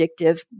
addictive